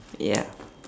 ya